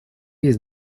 есть